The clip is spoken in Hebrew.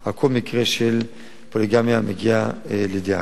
על כל מקרה של פוליגמיה המגיע לידיעתו,